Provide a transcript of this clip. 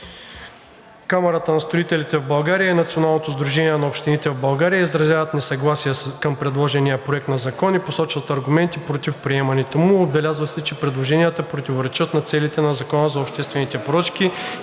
Камарата на строителите в България и Националното сдружение на общините в България изразяват несъгласие към предложения проект на закон и посочват аргументи против приемането му. Отбелязва се, че предложенията противоречат на целите на Закона за обществените поръчки,